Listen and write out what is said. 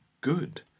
good